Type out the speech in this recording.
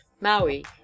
Maui